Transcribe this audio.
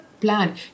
plan